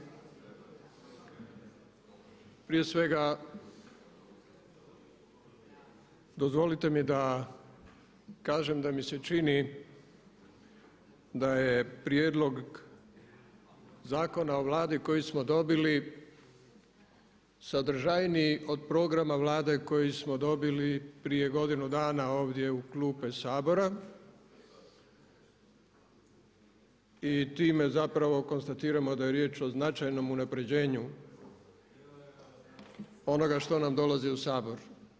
Prije svega dozvolite mi da kažem da mi se čini da je prijedlog zakona od Vlade koji smo dobili sadržajniji od programa Vlade koji smo dobili prije godinu dana ovdje u klupe Sabora i time zapravo konstatiramo da je riječ o značajnom unapređenju onoga što nam dolazi u Sabor.